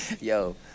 Yo